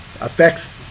affects